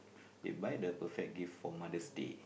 they buy the perfect gift for Mother's Day